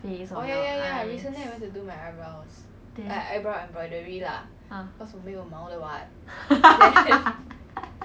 face or your eyes then ah